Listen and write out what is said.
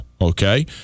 okay